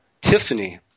Tiffany